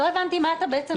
לא הבנתי את התשובה.